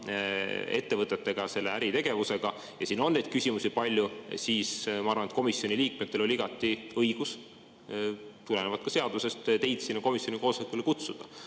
ettevõtetega, nende äritegevusega – ja siin on neid küsimusi palju –, siis ma arvan, et komisjoni liikmetel oli igati õigus, tulenevalt ka seadusest, teid sinna komisjoni koosolekule kutsuda.